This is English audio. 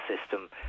system